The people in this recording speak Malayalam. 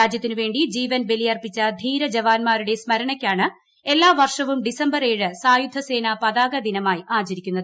രാജ്യത്തിനു വേണ്ടി ജീവൻ ബലിയർപ്പിച്ച ധീരജവാൻമാരുടെ സ്മരണയ്ക്കാണ് എല്ലാ വർഷവും ഡിസംബർ ഏഴ് സായുധ സേന പതാകദിനമായി ആചരിക്കുന്നത്